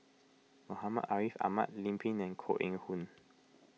Muhammad Ariff Ahmad Lim Pin and Koh Eng Hoon